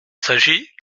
s’agit